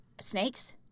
Snakes